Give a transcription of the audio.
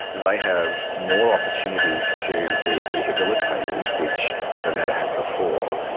they have more opportunities to be rehabilitated, which they have never had before,